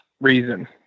reason